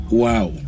wow